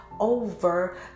Over